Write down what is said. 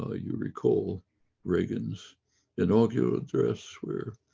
ah you recall ragean's inagural address where